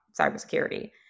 cybersecurity